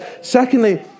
Secondly